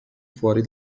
fuori